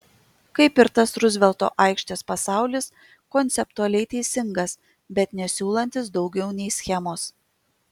kaip ir tas ruzvelto aikštės pasaulis konceptualiai teisingas bet nesiūlantis daugiau nei schemos